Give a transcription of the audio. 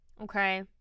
Okay